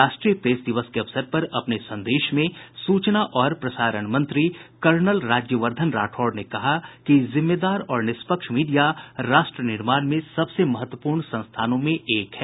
राष्ट्रीय प्रेस दिवस के अवसर पर अपने संदेश में सूचना और प्रसारण मंत्री कर्नल राज्यवर्द्धन राठौड़ ने कहा कि जिम्मेदार और निष्पक्ष मीडिया राष्ट्र निर्माण के सबसे महत्वपूर्ण संस्थानों में से एक है